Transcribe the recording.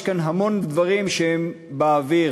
יש כאן המון דברים שהם באוויר,